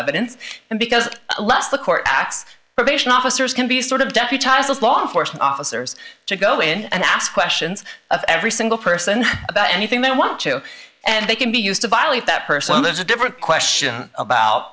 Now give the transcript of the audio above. evidence and because less the court acts probation officers can be sort of deputized as law enforcement officers to go in and ask questions of every single person about anything they want to and they can be used to violate that person lives a different question about